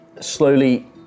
slowly